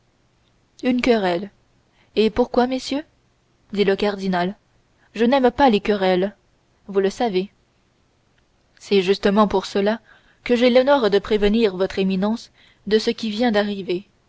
une querelle et pourquoi messieurs dit le cardinal je n'aime pas les querelleurs vous le savez c'est justement pour cela que j'ai l'honneur de prévenir votre éminence de ce qui vient d'arriver